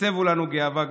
שהסבו לנו גאווה גדולה.